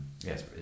yes